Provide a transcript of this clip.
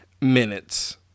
minutes